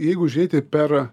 jeigu žiūrėti per